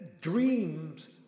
dreams